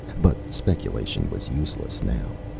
but speculation was useless now.